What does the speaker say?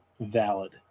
valid